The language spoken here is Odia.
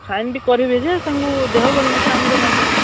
ସାଇନ୍ଟେ କରିବେ ଯେ ତାଙ୍କୁ ଦେହ ଭଲ ନାହିଁ ତ ଆଙ୍ଗୁଠି ମାରିଦେବେ ଆଉ